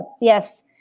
yes